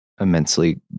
immensely